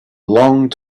long